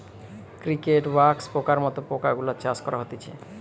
cricket, wax পোকার মত পোকা গুলার চাষ করা হতিছে